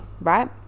right